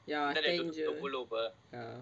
ya ten jer ya